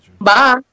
Bye